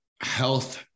health